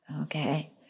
okay